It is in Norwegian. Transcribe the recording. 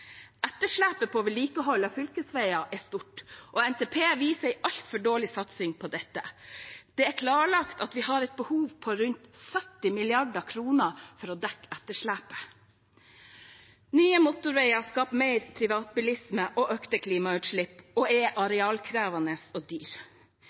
Etterslepet på vedlikehold av fylkesveier et stort, og NTP viser en altfor dårlig satsing på dette. Det er klarlagt at vi har et behov på rundt 70 mrd. kr for å dekke etterslepet. Nye motorveier skaper mer privatbilisme og økte klimagassutslipp og er